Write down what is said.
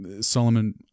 Solomon